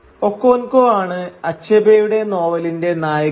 Okonkwo ആണ് അച്ഛബേയുടെ നോവലിന്റെ നായകൻ